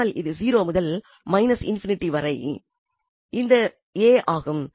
ஆனால் இது 0 முதல் ∞ வரை இந்த a ஆகும்